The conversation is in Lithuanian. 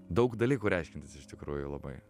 daug dalykų reiškiantis iš tikrųjų labai